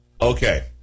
Okay